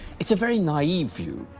it's a very naive view.